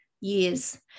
years